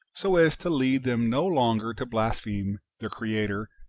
so as to lead them no longer to blaspheme their creator,